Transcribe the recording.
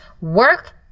work